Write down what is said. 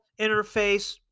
interface